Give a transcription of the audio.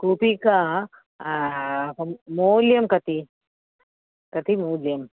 कूपीका मौल्यं कति कति मूल्यं